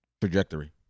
trajectory